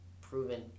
proven